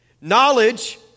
Knowledge